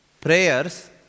prayers